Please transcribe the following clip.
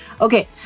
Okay